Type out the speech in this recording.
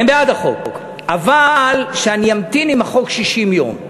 הם בעד החוק, אבל שאני אמתין עם החוק 60 יום.